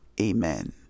amen